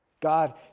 God